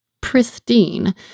pristine